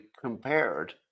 compared